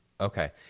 Okay